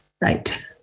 Right